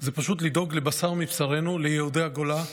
זה פשוט לדאוג לבשר מבשרנו, ליהודי הגולה.